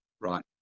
right